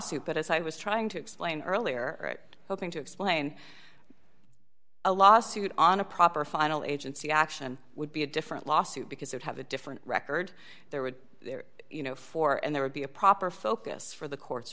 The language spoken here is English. lawsuit but as i was trying to explain earlier it hoping to explain a law suit on a proper final agency action would be a different lawsuit because they'd have a different record there would there you know for and there would be a proper focus for the court